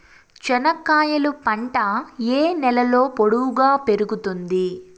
చెనక్కాయలు పంట ఏ నేలలో పొడువుగా పెరుగుతుంది?